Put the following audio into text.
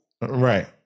Right